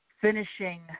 finishing